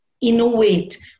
innovate